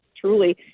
truly –